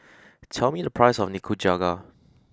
tell me the price of Nikujaga